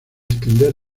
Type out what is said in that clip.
extender